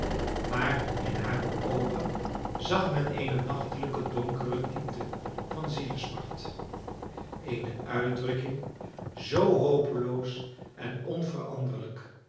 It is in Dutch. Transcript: maar in hare oogen zag men eene nachtelijke donkere diepte van zielesmart eene uitdrukking zoo hopeloos en onveranderlijk